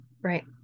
Right